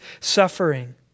suffering